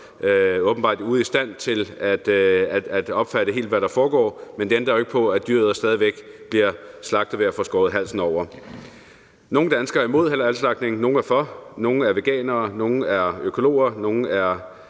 gør dyret ude af stand til helt at opfatte, hvad der foregår. Men det ændrer jo ikke på, at dyret stadigvæk bliver slagtet ved at få skåret halsen over. Nogle danskere er imod halalslagtning, nogle er for, nogle er veganere, nogle er økologer, nogle er